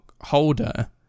holder